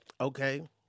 Okay